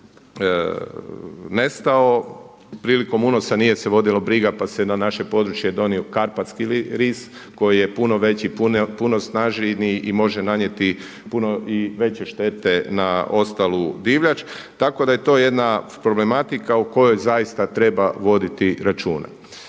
nestao. Prilikom unosa nije se vodila briga pa se na naše područje donio karpatski ris koji je puno veći, puno snažniji i može nanijeti puno i veće štete na ostalu divljač. Tako da je to jedna problematika o kojoj zaista treba voditi računa.